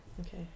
okay